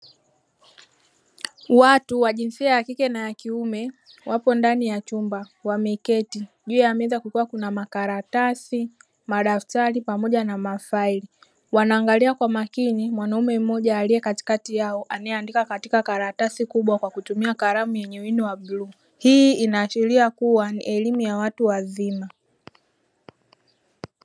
Watu wa jinsia ya kike na ya kiume, wapo ndani ya chumba wameketi, juu ya meza kukiwa na makaratasi, madaftari pamoja na mafaili, wanaangalia kwa makini mwanaume mmoja aliye katikati yao anayeandika katika karatasi kubwa kwa kutumia karatasi yenye wino wa bluu, hii inaashiria kuwa ni elimu ya watu wazima.